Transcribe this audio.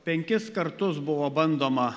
penkis kartus buvo bandoma